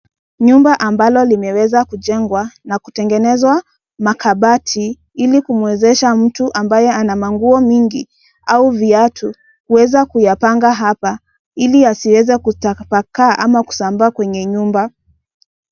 Nyumba ambalo limeweza kujengwa, na kutengenezwa makabati, ili kumwezesha mtu ambaye ana manguo mingi, au viatu, kuweza kuyapanga hapa, ili yasiweze kutapakaa, ama kusambaa kwenye nyumba.